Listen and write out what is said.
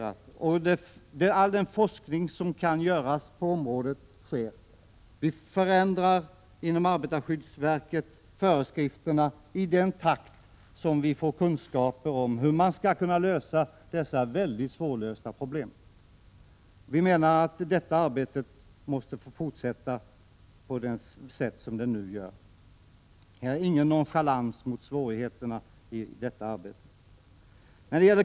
All den forskning som kan bedrivas på området utförs också. Arbetar skyddsverket förändrar föreskrifterna i den takt man får kunskaper om hur man skall kunna lösa dessa svårlösta problem. Utskottet menar att arbetet måste få fortsätta på det sätt som nu sker. Det är ingen nonchalans mot svårigheterna i detta arbete.